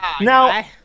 now